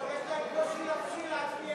לא, יש להם קושי נפשי להצביע עם הקואליציה.